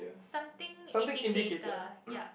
something indicator ya